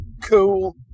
cool